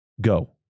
go